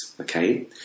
okay